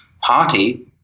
party